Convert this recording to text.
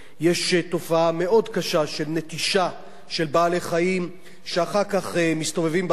יש תופעה מאוד קשה של נטישה של בעלי-חיים שאחר כך מסתובבים ברחוב.